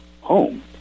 home